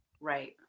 right